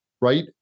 Right